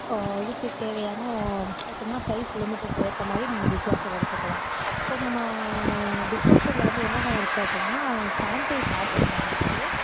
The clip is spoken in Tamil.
இதுக்கு தேவையான எப்பன்னா பிரைஸ் லிமிட்டுக்கு ஏற்ற மாதிரி நீங்கள் டிஷ் வாஷர் எடுத்துக்கலாம் இப்போது நம்ம டிஷ் வாஷரில் வந்து என்னென்ன இருக்குது அப்பன்னா சேன்டைஷ் ஆப்ஷன் ஒன்று இருக்குது